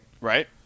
Right